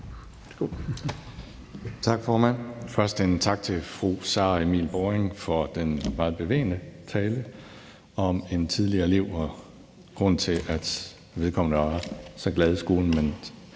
Tak, formand. Først en tak til fru Sara Emil Baaring for den meget bevægende tale om en tidligere elev og grunden til, at vedkommende var så glad i skolen,